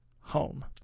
Home